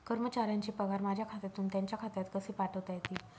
कर्मचाऱ्यांचे पगार माझ्या खात्यातून त्यांच्या खात्यात कसे पाठवता येतील?